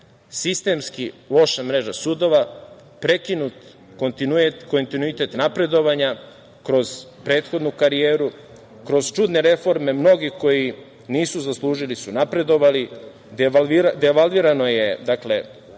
sistemski loša mreža sudova, prekinut kontinuitet napredovanja kroz prethodnu karijeru, kroz čudne reforme – mnogi koji nisu zaslužili su napredovali, devalvirano je ono